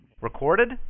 Recorded